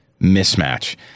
mismatch